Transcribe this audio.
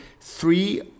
three